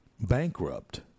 bankrupt